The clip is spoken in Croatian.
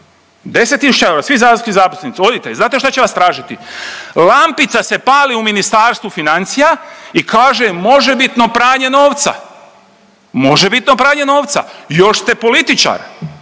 tisuća eura, svi saborski zastupnici, odite. Znate šta će vas tražiti? Lampica se pali u Ministarstvu financija i kaže, možebitno pranje novca. Možebitno pranje novca, još ste političar,